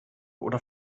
oder